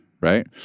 Right